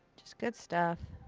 just good stuff.